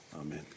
Amen